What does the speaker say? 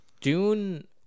Dune